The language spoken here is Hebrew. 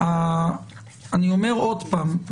אני אומר עוד פעם,